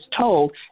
told